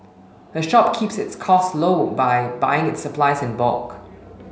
the shop keeps its costs low by buying its supplies in bulk